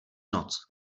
noc